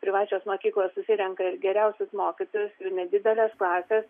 privačios mokyklos susirenka geriausius mokytojus jų nedidelės klasės